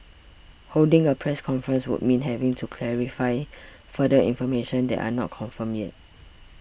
holding a press conference would mean having to clarify further information that are not confirmed yet